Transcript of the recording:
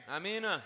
Amen